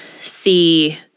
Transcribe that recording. see